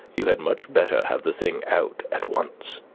you had much better have the thing out at once.